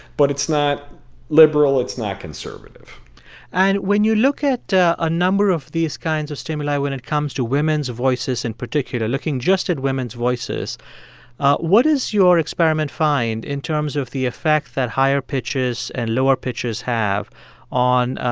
but it's not liberal. it's not conservative and when you look at a ah number of these kinds of stimuli when it comes to women's voices in particular looking just at women's voices what does your experiment find in terms of the effect that higher pitches and lower pitches have on,